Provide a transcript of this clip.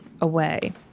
away